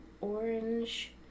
orange